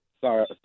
Sorry